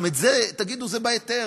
גם על זה תגידו: זה בהיתר,